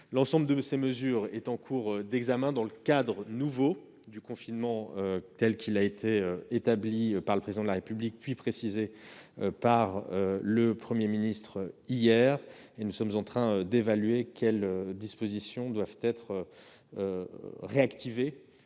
L'ensemble de ces mesures est en cours d'examen dans le cadre nouveau du confinement tel qu'il a été établi par le Président de la République, puis précisé par le Premier ministre hier. Nous sommes en train d'évaluer quelles dispositions doivent être réactivées,